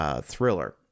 Thriller